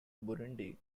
burundi